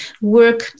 work